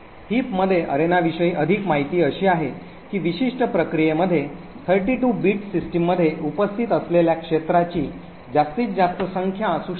heap मध्ये अरेनाविषयी अधिक माहिती अशी आहे की विशिष्ट प्रक्रियेमध्ये ३२ बिट सिस्टममध्ये उपस्थित असलेल्या क्षेत्राची जास्तीत जास्त संख्या असू शकते